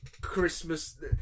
Christmas